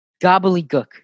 gobbledygook